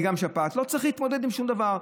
היא בעצם שפעת ולא צריך להתמודד עם שום דבר.